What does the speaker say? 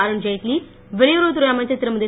அருண்ஜெய்ட்லி வெளியுறவுத் துறை அமைச்சர் திருமதி